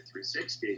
360